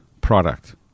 product